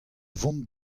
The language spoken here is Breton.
vont